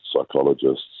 psychologists